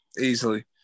easily